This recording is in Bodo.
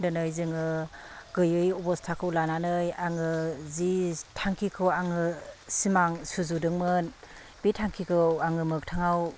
दिनै जोङो गोयै अबस्थाखौ लानानै आङो जि थांखिखौ आङो सिमां सुजुदोंमोन बेथांखिखौ आङो मोखथाङाव